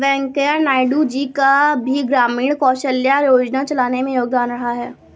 वैंकैया नायडू जी का भी ग्रामीण कौशल्या योजना को चलाने में योगदान रहा है